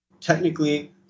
technically